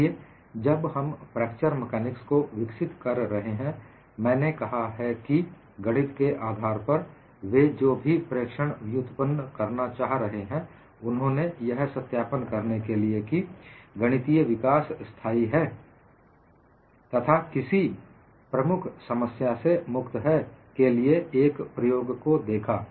देखिए जब हम फ्रैक्चर मेकानिक्स को विकसित कर रहे हैं मैंने कहा है कि गणित के आधार पर वे जो भी प्रेक्षण व्युत्पन्न करना चाह रहे हैं उन्होंने यह सत्यापन करने के लिए कि गणितीय विकास स्थाई है तथा किसी प्रमुख समस्या से मुक्त है के लिए एक प्रयोग को देखा